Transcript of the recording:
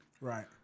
Right